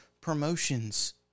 promotions